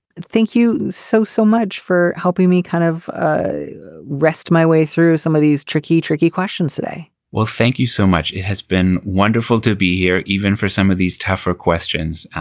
thank you so, so much for helping me kind of rest my way through some of these tricky, tricky questions today well, thank you so much. it has been wonderful to be here even for some of these tougher questions.